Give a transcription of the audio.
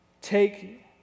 take